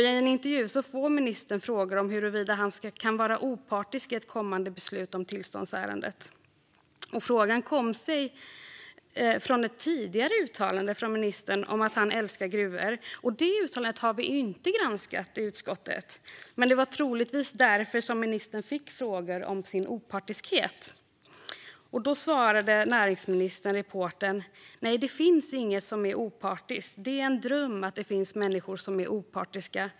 I en intervju fick ministern frågor om huruvida han kan vara opartisk i ett kommande beslut om tillståndsärendet. Frågan kom sig av ett tidigare uttalande från ministern om att han älskar gruvor, och det uttalandet har vi inte granskat i utskottet. Men det var troligtvis därför som ministern fick frågor om sin opartiskhet. Då svarade näringsministern reportern: "Nej, det finns inget som är opartiskt, det är en dröm att det finns människor som är opartiska.